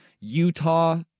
Utah